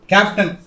Captain